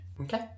Okay